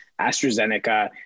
astrazeneca